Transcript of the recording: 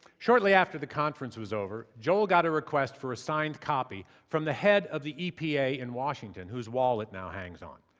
shortly after the conference was over, joel got a request for a signed copy from the head of the epa in washington whose wall it now hangs on.